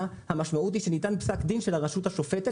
המשמעות היא שניתן פסק דין של הרשות השופטת.